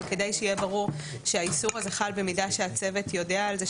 אבל כדי שיהיה ברור שהאיסור הזה חל במידה שהצוות יודע על זה,